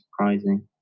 surprising